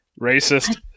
Racist